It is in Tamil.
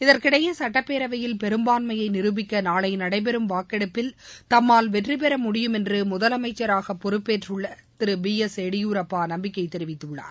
இதற்கிடையே சட்டப்பேரவையில் பெரும்பான்மயை நிரூபிக்க நாளை நடைபெறும் வாக்கெடுப்பில் தம்மால் வெற்றிபெற முடியும் என்று முதலமைச்சராக பொறுப்பேற்றுள்ள திரு பி எஸ் எடியூரப்பா நம்பிக்கை தெரிவித்துள்ளார்